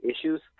issues